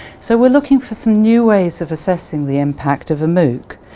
so we're looking for some new ways of assessing the impact of a mooc.